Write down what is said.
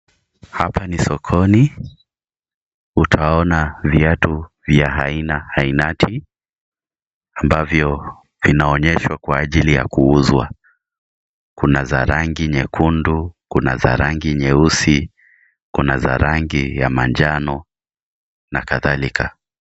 Hapa ni sokoni utaona viatu vya aina ainati ambavyo vinaonyeshwa kwa ajili ya kuuzwa, kuna za rangi nyekundu, kuna za rangi nyeusi, kuna za rangi ya manjano na kadhalika.